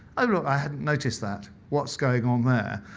ah you know i hadn't noticed that, what's going on there?